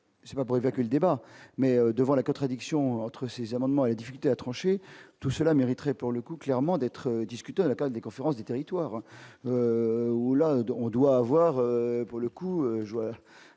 c'est pas pour évacuer le débat, mais devant la contradiction entre ces amendements et difficulté à trancher tout cela mériterait pour le coup, clairement d'être discuté à la place des conférences, des territoires où la on doit avoir, pour le coup,